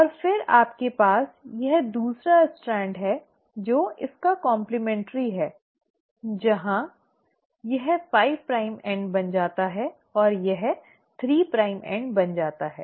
और फिर आपके पास एक दूसरा स्ट्रैंड है जो इसका काम्प्लमेन्टरी है जहां यह 5 प्राइम एंड बन जाता है और यह 3 प्राइम एंड बन जाता है